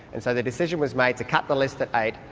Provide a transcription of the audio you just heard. and so the decision was made to cut the list at eight.